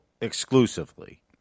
exclusively